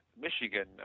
Michigan